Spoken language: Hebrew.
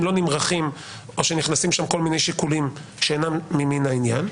לא נמרחים או שנכנסים שם כל מיני שיקולים שאינם ממין העניין.